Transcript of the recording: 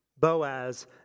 Boaz